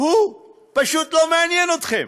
הוא פשוט לא מעניין אתכם.